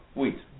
wheat